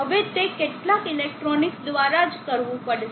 હવે તે કેટલાક ઇલેક્ટ્રોનિક્સ દ્વારા જ કરવું પડશે